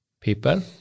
people